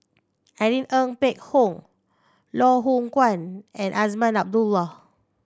Irene Ng Phek Hoong Loh Hoong Kwan and Azman Abdullah